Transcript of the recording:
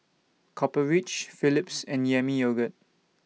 Copper Ridge Philips and Yami Yogurt